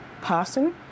person